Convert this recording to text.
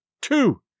two